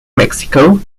mexico